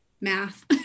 math